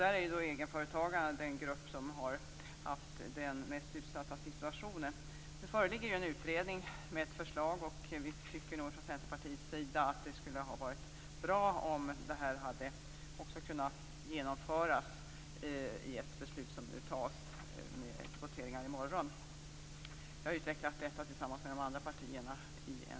Där är egenföretagarna den grupp som har haft den mest utsatta situationen. Nu föreligger en utredning med ett förslag. Vi i Centerpartiet tycker nog att det skulle ha varit bra om detta hade kunnat genomföras i samband med det beslut som fattas i och med morgondagens voteringar. I en reservation har vi utvecklat detta tillsammans med de andra partierna.